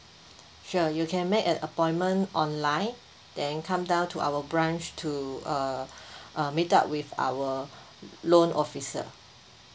sure you can make an appointment online then come down to our branch to uh uh meet up with our loan officer